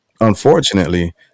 unfortunately